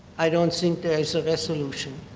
i don't think there is a resolution.